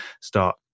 start